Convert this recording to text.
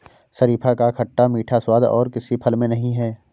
शरीफा का खट्टा मीठा स्वाद और किसी फल में नही है